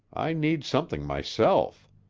i need something myself.